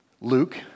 Luke